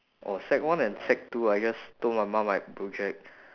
oh sec one and sec two I just told my mum like project